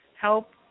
help